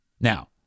Now